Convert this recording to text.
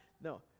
No